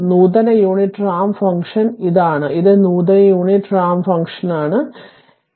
നൂതന unit ramp function ഇതാണ് ഇത് നൂതന യൂണിറ്റ് റാമ്പ് ഫംഗ്ഷനാണ് അല്ലേ